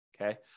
Okay